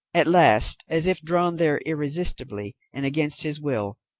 at last, as if drawn there irresistibly and against his will,